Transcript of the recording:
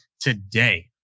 today